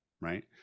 right